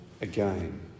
again